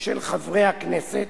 של חברי הכנסת,